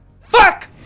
Fuck